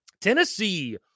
Tennessee